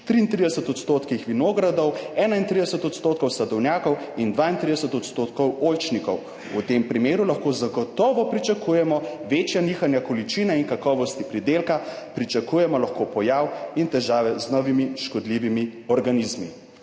33 % vinogradov, 31 % sadovnjakov in 32 % oljčnikov. V tem primeru lahko zagotovo pričakujemo večja nihanja količine in kakovosti pridelka, pričakujemo lahko pojav in težave z novimi škodljivimi organizmi.«,